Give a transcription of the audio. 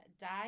die